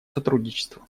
сотрудничеству